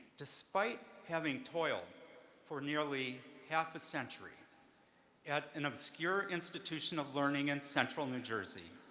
despite having toiled for nearly half a century at an obscure institution of learning in central new jersey.